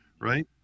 right